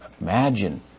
imagine